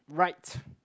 right